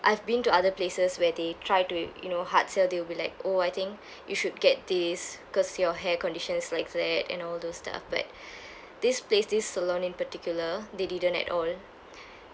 've been to other places where they try to you know hard sell they'll be like oh I think you should get this because your hair condition is like that and all those stuff but this place this salon in particular they didn't at all